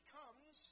comes